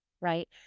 right